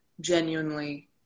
genuinely